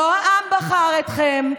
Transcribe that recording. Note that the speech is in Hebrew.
לא העם בחר אתכם.